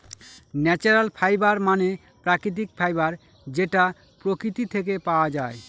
natural fiber মানে প্রাকৃতিক fiber যেটা প্রকৃতি থেকে পাওয়া যায়